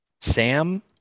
Sam